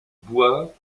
bois